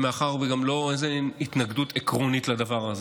מאחר שגם לו אין התנגדות עקרונית לדבר הזה,